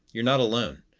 you're not alone.